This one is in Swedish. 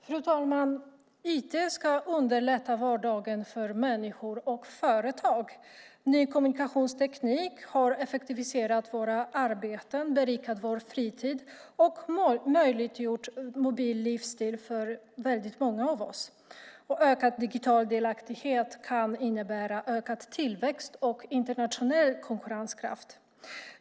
Fru talman! IT ska underlätta vardagen för människor och företag. Ny kommunikationsteknik har effektiviserat vårt arbete, berikat vår fritid och möjliggjort en mobil livsstil för många av oss. Och ökad digital delaktighet kan innebära ökad tillväxt och internationell konkurrenskraft.